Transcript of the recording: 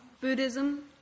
Buddhism